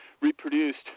reproduced